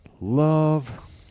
love